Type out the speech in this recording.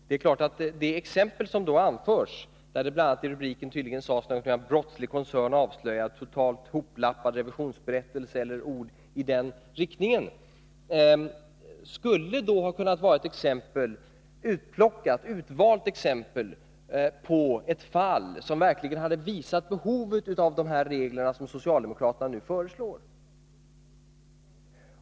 Det exempel som anförs, där det bl.a. i rubriken tydligen sades: Brottslig koncern avslöjad — totalt hoplappad revisionsberättelse, eller ord i den riktningen, skulle naturligtvis ha kunnat vara ett utvalt exempel på ett fall som verkligen hade visat behovet av de regler som socialdemokraterna nu föreslår.